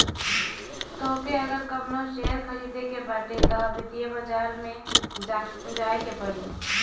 तोहके अगर कवनो शेयर खरीदे के बाटे तअ वित्तीय बाजार में जाए के पड़ी